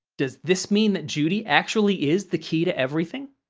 does this mean that judy actually is the key to everything?